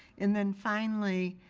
and then finally,